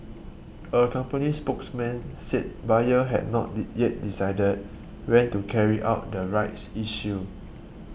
a company spokesman said Bayer had not yet decided when to carry out the rights issue